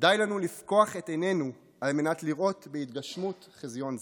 די לנו לפקוח את עינינו על מנת לראות את התגשמות חזיון זה.